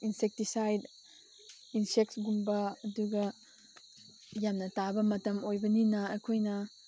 insecticide ꯏꯟꯁꯦꯛꯁꯀꯨꯝꯕ ꯑꯗꯨꯒ ꯌꯥꯝꯅ ꯇꯥꯕ ꯃꯇꯝ ꯑꯣꯏꯕꯅꯤꯅ ꯑꯩꯈꯣꯏꯅ